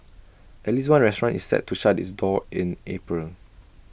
at least one restaurant is set to shut its doors in April